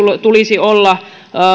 tulisi olla